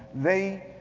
they,